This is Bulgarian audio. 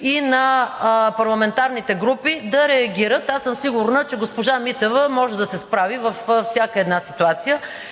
и на парламентарните групи да реагират. Аз съм сигурна, че госпожа Митева може да се справи във всяка една ситуация